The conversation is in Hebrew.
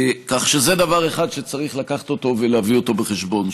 זה דבר אחד שצריך להביא אותו בחשבון.